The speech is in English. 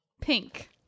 pink